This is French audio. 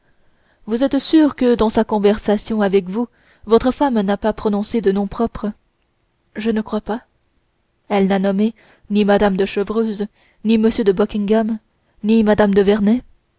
vous êtes sûr que dans sa conversation avec vous votre femme n'a pas prononcé de noms propres je ne crois pas elle n'a nommé ni mme de chevreuse ni m de buckingham ni mme de vernet